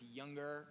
younger